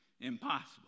impossible